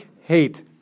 hate